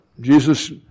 Jesus